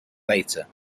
later